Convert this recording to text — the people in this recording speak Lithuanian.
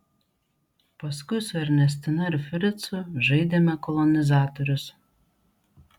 paskui su ernestina ir fricu žaidėme kolonizatorius